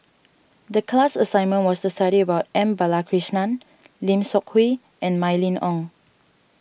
the class assignment was to study about N Balakrishnan Lim Seok Hui and Mylene Ong